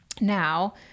now